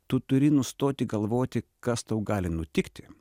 tu turi nustoti galvoti kas tau gali nutikti